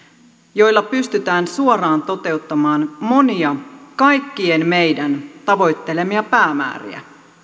joilla pystytään suoraan toteuttamaan monia kaikkien meidän tavoittelemia päämääriä